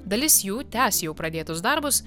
dalis jų tęs jau pradėtus darbus